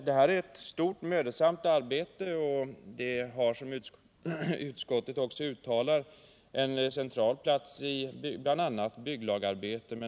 Det är ett stort och mödosamt arbete som där måste göras, och som utskottet skriver har det en central plats i bl.a. bygglagarbetet.